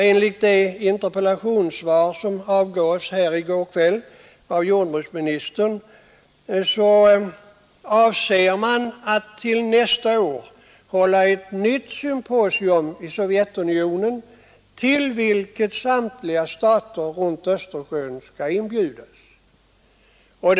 Enligt det interpellationssvar som avgavs i går kväll av jordbruksministern avser man att nästa år hålla ett nytt symposium i Sovjetunionen, till vilket samtliga stater runt Östersjön skall inbjudas.